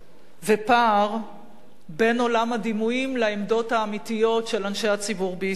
ופער בין עולם הדימויים לעמדות האמיתיות של אנשי הציבור בישראל,